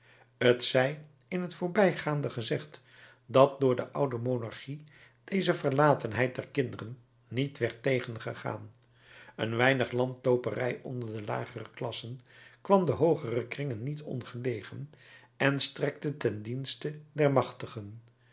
t zij in het voorbijgaande gezegd dat door de oude monarchie deze verlatenheid der kinderen niet werd tegengegaan een weinig landlooperij onder de lagere klassen kwam de hoogere kringen niet ongelegen en strekte ten dienste der machtigen